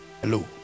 Hello